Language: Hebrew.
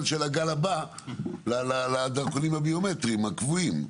של הגל הבא לדרכונים הביומטריים הקבועים.